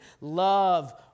love